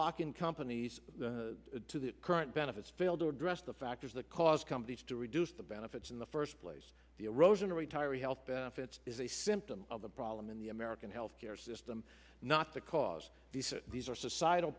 lock in companies to the current benefits fail to address the factors that cause companies to reduce the benefits in the first place the erosion of retiree health benefits is a symptom of the problem in the american health care system not the cause these are societal